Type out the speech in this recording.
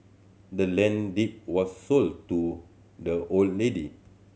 the land deed was sold to the old lady